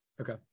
Okay